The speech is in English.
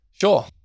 Sure